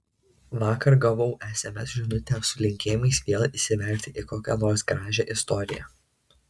vakar gavau sms žinutę su linkėjimais vėl įsivelti į kokią nors gražią istoriją